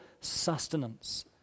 sustenance